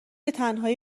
تنهایی